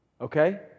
Okay